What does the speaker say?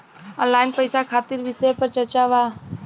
Online पैसा खातिर विषय पर चर्चा वा?